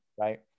right